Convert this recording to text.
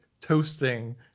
toasting